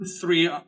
three